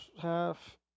half